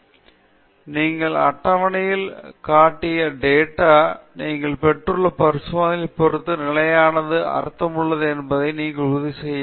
எனவே உங்கள் அட்டவணையில் நீங்கள் காட்டிய டேட்டா நீங்கள் பெற்றுள்ள பரிசோதனையைப் பொறுத்து நிலையானதாகவும் அர்த்தமுள்ளதாகவும் இருப்பதை உறுதி செய்ய வேண்டும் எனவே அது ஒரு பிழை